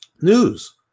news